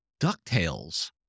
DuckTales